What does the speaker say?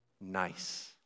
nice